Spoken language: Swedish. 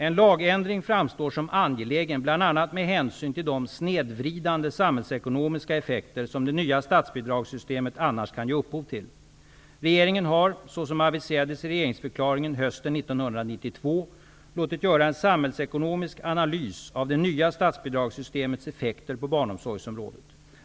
En lagändring framstår som angelägen bl.a. med hänsyn till de snedvridande samhällsekonomiska effekter som det nya statsbidragssystemet annars kan ge upphov till. Regeringen har, såsom aviserades i regeringsförklaringen hösten 1992, låtit göra en samhällsekonomisk analys av det nya statsbidragssystemets effekter på barnomsorgsområdet.